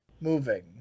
moving